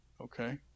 okay